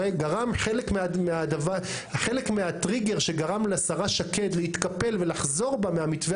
חלק מהטריגר שגרם לשרה שקד להתקפל ולחזור בה מהמתווה